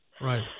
Right